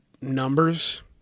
numbers